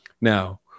Now